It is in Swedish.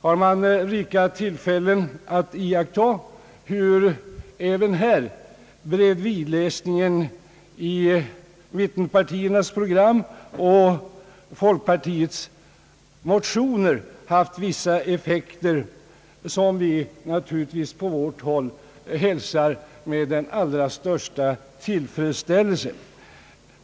har man rika tillfällen att iaktta hur bredvidläsningen i mittenpartiernas program och folkpartiets motioner även där haft vissa effekter, som vi naturligtvis på vårt håll hälsar med den allra största tillfredsställelse.